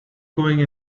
going